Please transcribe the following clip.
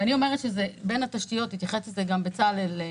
התייחס לזה גם בצלאל,